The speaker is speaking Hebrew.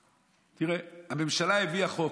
תראה, הממשלה הביאה חוק,